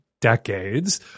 decades